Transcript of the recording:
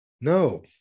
No